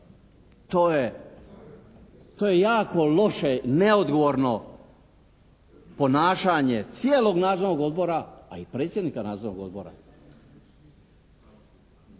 To je jako loše, neodgovorno ponašanje cijelog nadzornog odbora, a i predsjednika nadzornog odbora.